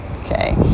okay